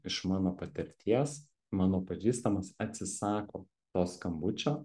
iš mano patirties mano pažįstamas atsisako to skambučio